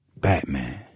Batman